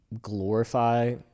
glorify